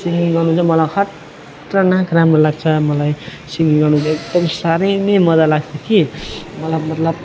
singing गर्नु चाहिँ मलाई खतरनाक राम्रो लाग्छ मलाई सिङगिङ गर्नु चाहिँ एकदम साह्रै नै मजा लाग्छ कि मलाई मतलब